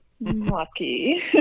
lucky